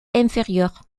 inférieur